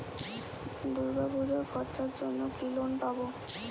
দূর্গাপুজোর খরচার জন্য কি লোন পাব?